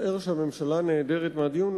מצער שהממשלה נעדרת מהדיון,